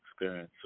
experience